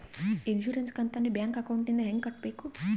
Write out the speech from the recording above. Insurance ಕಂತನ್ನ bank ಅಕೌಂಟಿಂದ ಹೆಂಗ ಕಟ್ಟಬೇಕು?